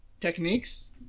techniques